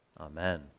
Amen